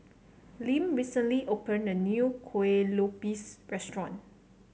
Lim recently opened a new Kuih Lopes restaurant